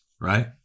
right